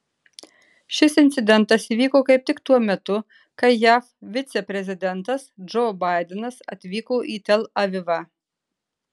šis incidentas įvyko kaip tik tuo metu kai jav viceprezidentas džo baidenas atvyko į tel avivą